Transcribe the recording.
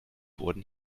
wurden